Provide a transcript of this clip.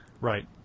Right